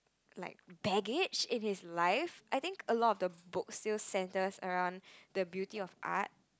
like baggage in his life I think a lot of the book still centers around the beauty of art